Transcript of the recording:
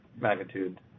magnitude